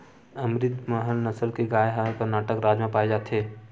अमरितमहल नसल के गाय ह करनाटक राज म पाए जाथे